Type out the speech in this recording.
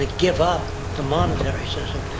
ah give up the monetary system,